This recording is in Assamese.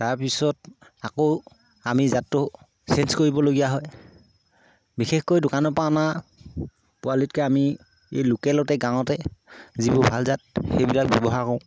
তাৰপিছত আকৌ আমি জাতটো চেঞ্জ কৰিবলগীয়া হয় বিশেষকৈ দোকানৰ পৰা অনা পোৱালিতকে আমি এই লোকেলতে গাঁৱতে যিবোৰ ভাল জাত সেইবিলাক ব্যৱহাৰ কৰোঁ